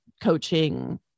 coaching